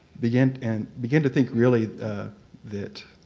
began and began to think really that,